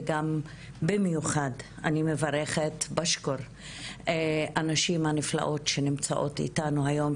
ובמיוחד אני מברכת את הנשים הנפלאות שנמצאות איתנו היום,